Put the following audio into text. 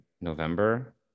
November